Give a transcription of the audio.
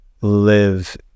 Live